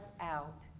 out